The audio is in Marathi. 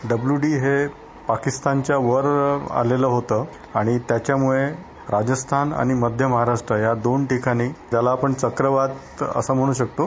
डब्ल्यू डी पाकिस्तानच्या वर आलेलं होतं आणि त्याच्यामुळे राजस्थान आणि मध्य महाराष्ट्र या दोन ठिकाणी त्याला चक्रवात असं म्हणू शकतो